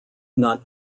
not